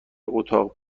اتاق